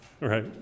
right